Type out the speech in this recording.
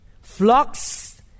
flocks